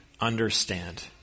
understand